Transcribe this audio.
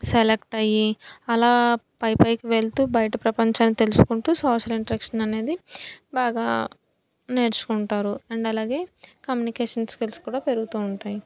select అయ్యి అలా పై పైకి వెళ్తూ బయట ప్రపంచాన్ని తెలుసుకుంటూ సోషల్ ఇంట్రాక్షన్ అనేది బాగా నేర్చుకుంటారు అండ్ అలాగే కమ్యూనికేషన్ స్కిల్స్ కూడా పెరుగుతూ ఉంటాయి